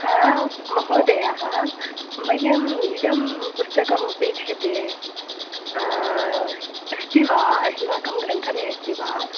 हा महोदयाः मह्यम् इदं पुस्तकमपेक्ष्यते अस्ति वा अस्माकं ग्रन्थालये अस्ति वा